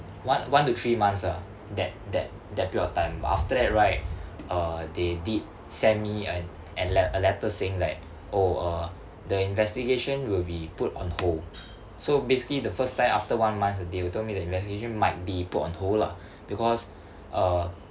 one one to three months ah that that that period of time after that right uh they did send me an an let~ a letter saying like oh uh the investigation will be put on hold so basically the first time after one month they told me the investigation might be put on hold lah because uh